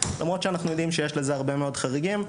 למרות שאנחנו יודעים שיש לזה הרבה מאוד חריגים.